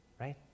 right